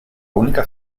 única